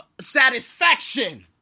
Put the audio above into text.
satisfaction